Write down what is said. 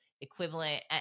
equivalent